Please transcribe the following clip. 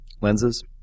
lenses